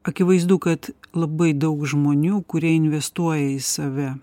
akivaizdu kad labai daug žmonių kurie investuoja į save